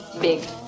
Big